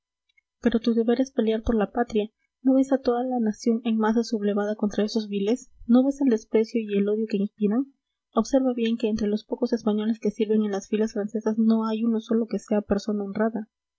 tu deber es pelear por la patria no ves a toda la nación en masa sublevada contra esos viles no ves el desprecio y el odio que inspiran observa bien que entre los pocos españoles que sirven en las filas francesas no hay uno solo que sea persona honrada